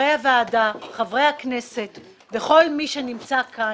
חברי הוועדה, חברי הכנסת וכל מי שנמצא כאן,